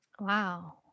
Wow